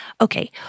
Okay